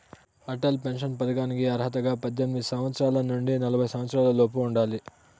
Atal pension పథకానికి అర్హతగా పద్దెనిమిది సంవత్సరాల నుండి నలభై సంవత్సరాలలోపు ఉండాలి